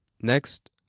next